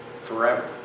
forever